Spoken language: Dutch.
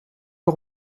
nog